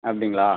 அப்படிங்களா